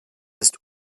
ist